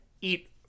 eat